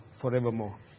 forevermore